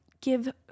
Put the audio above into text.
give